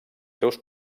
seus